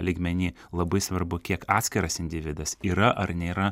lygmenį labai svarbu kiek atskiras individas yra ar nėra